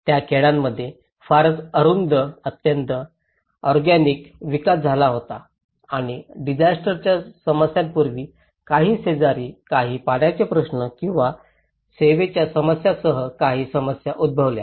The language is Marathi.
त्या खेड्यांमध्ये फारच अरुंद अत्यंत ऑरगॅनिक विकास झाला होता आणि डिसास्टरच्या समस्यांपूर्वी काही शेजारी काही पाण्याचे प्रश्न किंवा सेवेच्या समस्यांसहही काही समस्या उद्भवल्या